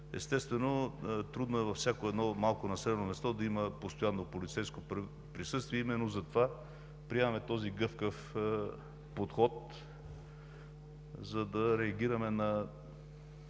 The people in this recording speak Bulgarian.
Естествено, трудно е във всяко едно малко населено място да има постоянно полицейско присъствие. Имено затова приемаме този гъвкав подход, за да реагираме на